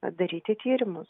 padaryti tyrimus